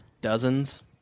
dozens